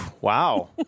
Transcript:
Wow